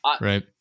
right